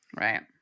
Right